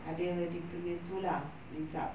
ada dia punya itu lah result